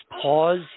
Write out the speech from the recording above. pause